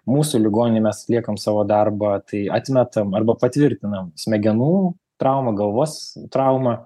mūsų ligoninėj mes atliekam savo darbą tai atmetam arba patvirtinam smegenų traumą galvos traumą